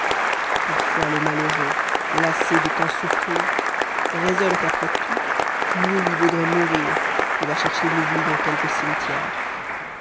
parfois le malheureux lassé de tant souffrir raisonne qu'après tout mieux lui vaudrait mourir et va chercher l'oubli dans quelque cimetière